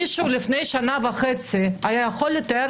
מישהו לפני שנה וחצי היה יכול לתאר